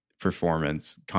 performance